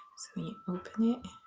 you open it